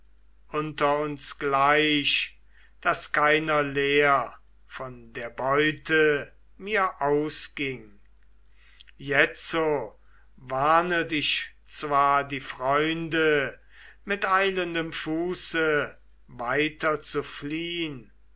unter uns gleich daß keiner leer von der beute mir ausging jetzo warnet ich zwar die freunde mit eilendem fuße weiter zu